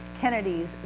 Kennedy's